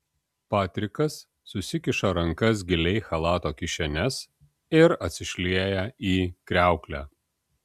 patrikas susikiša rankas giliai į chalato kišenes ir atsišlieja į kriauklę